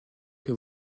que